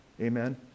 Amen